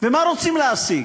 ומה רוצים להשיג?